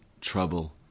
trouble